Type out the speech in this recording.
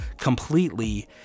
completely